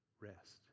rest